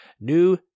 new